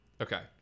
Okay